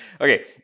Okay